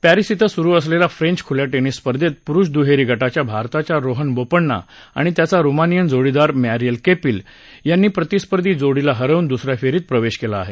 Paris इथं सुरु असलेल्या फ्रेंच खुल्या टेनिस स्पर्धेत पुरुष दुहेरी गटात भारताच्या रोहन बोपण्णा आणि त्याचा रुमानिअन जोडीदार मरिअस केपिल यांनी प्रतिस्पर्धी जोडीला हरवून दुस या फेरीत प्रवेश केला आहे